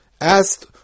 asked